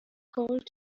called